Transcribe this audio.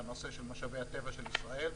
לנושא של משאבי הטבע של ישראל,